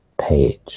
page